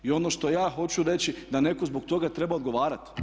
Ono što ja hoću reći da netko zbog toga treba odgovarati.